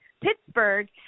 Pittsburgh